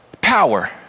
power